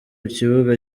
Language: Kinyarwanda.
kibuga